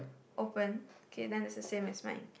open okay then it's the same as mine